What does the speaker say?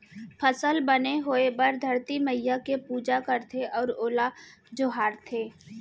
फसल बने होए बर धरती मईया के पूजा करथे अउ ओला जोहारथे